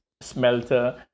smelter